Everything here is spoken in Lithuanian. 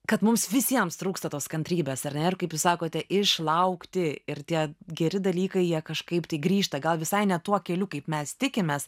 kad mums visiems trūksta tos kantrybės ar ne kaip jūs sakote išlaukti ir tie geri dalykai jie kažkaip tai grįžta gal visai ne tuo keliu kaip mes tikimės